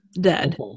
dead